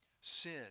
sin